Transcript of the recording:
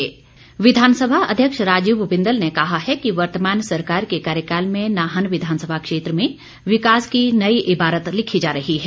बिंदल विधानसभा अध्यक्ष राजीव बिंदल ने कहा है कि वर्तमान सरकार के कार्यकाल में नाहन विधानसभा क्षेत्र में विकास की नई इबारत लिखी जा रही है